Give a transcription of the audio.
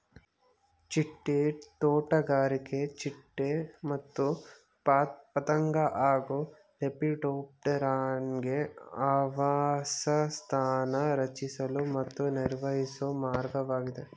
ಚಿಟ್ಟೆ ತೋಟಗಾರಿಕೆ ಚಿಟ್ಟೆ ಮತ್ತು ಪತಂಗ ಹಾಗೂ ಲೆಪಿಡೋಪ್ಟೆರಾನ್ಗೆ ಆವಾಸಸ್ಥಾನ ರಚಿಸಲು ಮತ್ತು ನಿರ್ವಹಿಸೊ ಮಾರ್ಗವಾಗಿದೆ